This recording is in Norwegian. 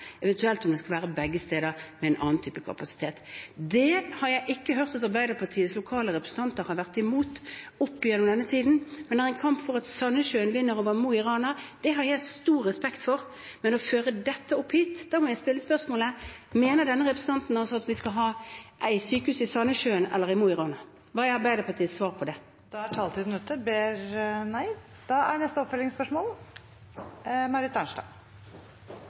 eventuelt om det skal være begge steder med en annen type kapasitet. Det har jeg ikke hørt at Arbeiderpartiets lokale representanter har vært imot i løpet av denne tiden. At det er en kamp for at Sandessjøen vinner over Mo i Rana, har jeg stor respekt for, men når man fører dette opp hit, må jeg stille spørsmålet: Mener denne representanten at vi skal ha sykehus i Sandessjøen eller i Mo i Rana? Hva er Arbeiderpartiets svar på det? Marit Arnstad – til oppfølgingsspørsmål. Jeg må si jeg synes det er